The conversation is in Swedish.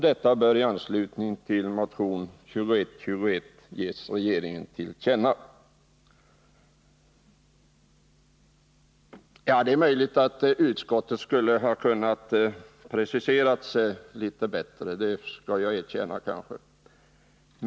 Detta bör i anslutning till motion 2121 ges regeringen till känna.” att stimulera sysselsättningen i Kalmar kommun Det är möjligt att utskottet kunde ha preciserat sig bättre, det skall jag erkänna.